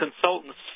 consultants